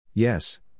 Yes